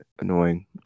Annoying